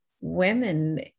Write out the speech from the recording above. women